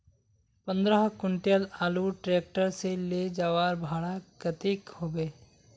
पंद्रह कुंटल आलूर ट्रैक्टर से ले जवार भाड़ा कतेक होबे?